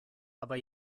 aber